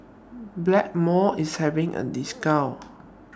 Blackmores IS having A discount